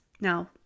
Now